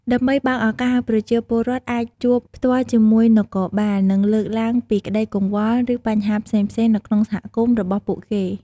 ដើម្បីបើកឱកាសឲ្យប្រជាពលរដ្ឋអាចជួបផ្ទាល់ជាមួយនគរបាល និងលើកឡើងពីក្ដីកង្វល់ ឬបញ្ហាផ្សេងៗនៅក្នុងសហគមន៍របស់ពួកគេ។